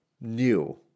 new